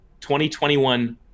2021